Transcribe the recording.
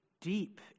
deep